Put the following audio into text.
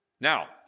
Now